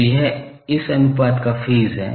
तो यह इस अनुपात का फेज है